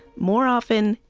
more often,